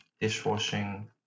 dishwashing